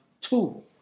Two